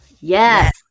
yes